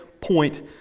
point